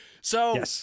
So-